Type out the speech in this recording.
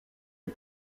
les